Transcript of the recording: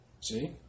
See